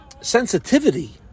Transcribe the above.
sensitivity